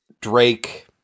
Drake